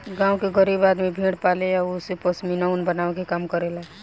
गांव के गरीब आदमी भेड़ पाले आ ओसे पश्मीना ऊन बनावे के काम करेला